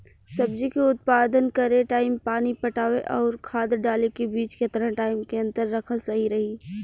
सब्जी के उत्पादन करे टाइम पानी पटावे आउर खाद डाले के बीच केतना टाइम के अंतर रखल सही रही?